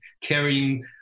carrying